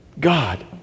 God